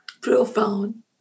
Profound